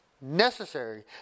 necessary